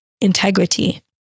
integrity